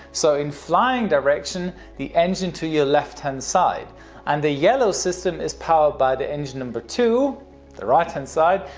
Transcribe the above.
so in flying direction, the engine to your left hand side and the yellow system is powered by the engine number two the right hand side,